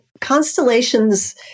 constellations